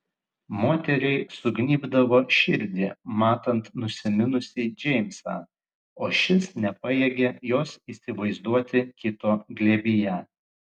moteriai sugnybdavo širdį matant nusiminusį džeimsą o šis nepajėgė jos įsivaizduoti kito glėbyje